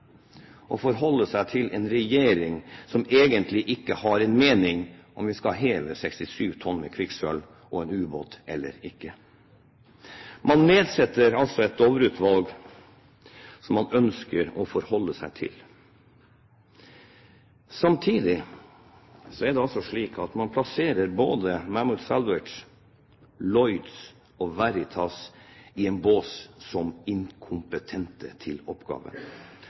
å forholde seg til en regjering som egentlig ikke har en mening om vi skal heve eller ikke en ubåt med 67 tonn kvikksølv. Dovre Group har fått i oppdrag å lage en rapport som man ønsker å forholde seg til. Samtidig er det slik at man plasserer både Mammoet Salvage, Lloyd's og Veritas i samme bås, som inkompetente til oppgaven.